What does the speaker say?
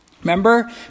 Remember